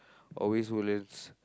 always Woodlands